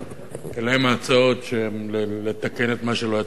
אלה הן הצעות לתקן את מה שלא היה צריך להיות מקולקל.